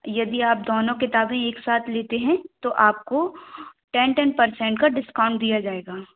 यदि आप दोनों किताबें एक साथ लेते हैं तो आपको टेन टेन परसेंट का डिस्काउंट दिया जाएगा